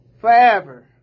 forever